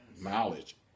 knowledge